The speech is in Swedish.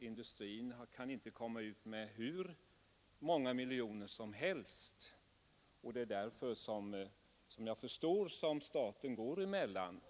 Industrin kan väl inte komma ut med hur många miljoner som helst, och det är såvitt jag förstår därför som staten går emellan.